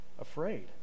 afraid